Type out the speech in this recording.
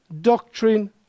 doctrine